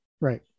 Right